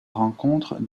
rencontre